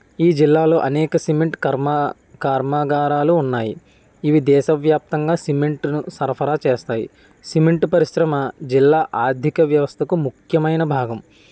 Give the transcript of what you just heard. ఈ జిల్లాలో అనేక సిమెంట్ కర్మ కర్మగారాలు ఉన్నాయి ఇవి దేశవ్యాప్తంగా సిమెంటు ను సరఫరా చేస్తాయి సిమెంట్ పరిశ్రమ జిల్లా ఆర్థిక వ్యవస్థకు ముఖ్యమైన భాగము